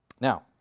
Now